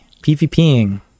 pvping